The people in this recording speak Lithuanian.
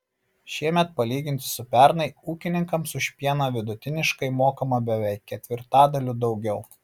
šiemet palyginti su pernai ūkininkams už pieną vidutiniškai mokama beveik ketvirtadaliu daugiau